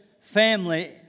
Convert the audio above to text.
family